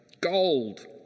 Gold